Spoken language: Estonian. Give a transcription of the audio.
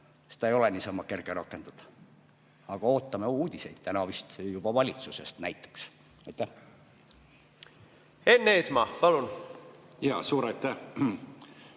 seda ei ole niisama kerge rakendada. Aga ootame uudiseid, täna vist juba valitsusest, näiteks. Enn Eesmaa, palun! Enn Eesmaa,